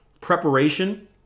preparation